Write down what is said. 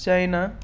China